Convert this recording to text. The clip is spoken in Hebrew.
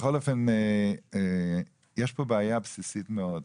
בכל אופן, יש פה בעיה בסיסית מאוד.